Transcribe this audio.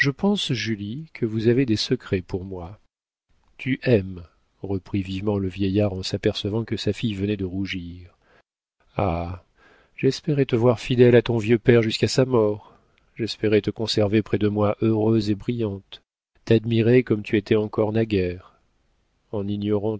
julie que vous avez des secrets pour moi tu aimes reprit vivement le vieillard en s'apercevant que sa fille venait de rougir ah j'espérais te voir fidèle à ton vieux père jusqu'à sa mort j'espérais te conserver près de moi heureuse et brillante t'admirer comme tu étais encore naguère en